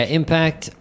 impact